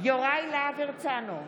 יוראי להב הרצנו,